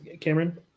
Cameron